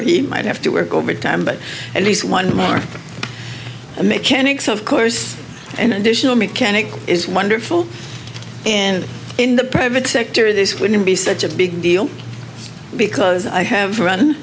or he might have to work overtime but at least one more a mechanic so of course an additional mechanic is wonderful in in the private sector this wouldn't be such a big deal because i have run